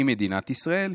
היא מדינת ישראל".